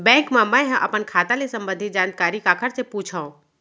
Bank मा मैं ह अपन खाता ले संबंधित जानकारी काखर से पूछव?